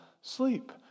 sleep